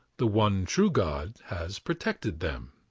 the one true god, has protected them.